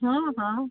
ହଁ ହଁ